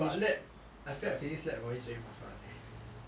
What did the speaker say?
but lab I feel like physics lab hor is very 麻烦 eh